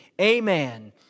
Amen